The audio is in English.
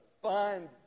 find